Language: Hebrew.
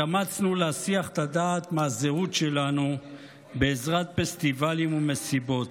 התאמצנו להסיח את הדעת מהזהות שלנו בעזרת פסטיבלים ומסיבות.